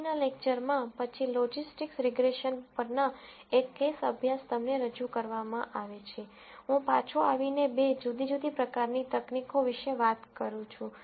પછીના લેકચરમાં પછી લોજિસ્ટિક્સ રીગ્રેસન પરના એક કેસ અભ્યાસ તમને રજૂ કરવામાં આવે છે હું પાછો આવીને બે જુદી જુદી પ્રકારની તકનીકો વિશે વાત કરું છું